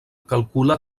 calcula